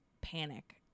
panic